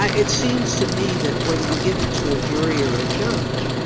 ah it seems to me that whether you give it to a jury or a judge,